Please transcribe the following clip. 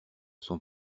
son